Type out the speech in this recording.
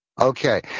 Okay